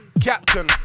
Captain